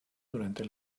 durante